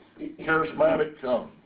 charismatic